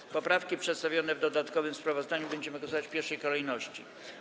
Nad poprawkami przedstawionymi w dodatkowym sprawozdaniu będziemy głosować w pierwszej kolejności.